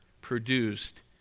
produced